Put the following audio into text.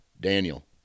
Daniel